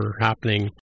happening